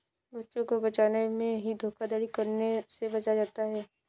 बच्चों को बचपन से ही धोखाधड़ी करने से बचाया जाता है